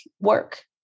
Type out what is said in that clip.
work